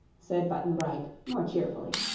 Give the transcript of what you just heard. said button-bright, more cheerfully.